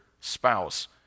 Spouse